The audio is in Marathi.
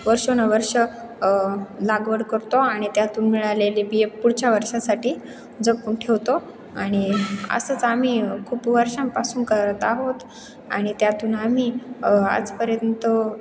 वर्षानुवर्ष लागवड करतो आणि त्यातून मिळालेले बी हे पुढच्या वर्षासाठी जपून ठेवतो आणि असंच आम्ही खूप वर्षांपासून करत आहोत आणि त्यातून आम्ही आजपर्यंत